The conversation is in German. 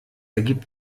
ergibt